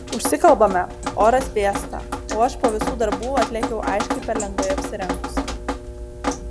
užsikalbame oras vėsta o aš po visų darbų atlėkiau aiškiai per lengvai apsirengusi